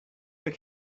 but